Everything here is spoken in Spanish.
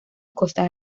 costa